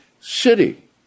city